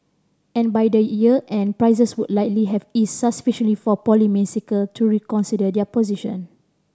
and by the year end prices would likely have eased sufficiently for to reconsider their position